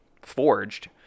forged